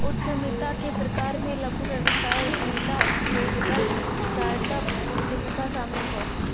उद्यमिता के प्रकार में लघु व्यवसाय उद्यमिता, स्केलेबल स्टार्टअप उद्यमिता शामिल हौ